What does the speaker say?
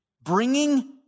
bringing